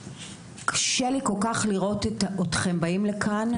קשה לי כל כך לראות אתכם באים לכאן,